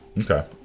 Okay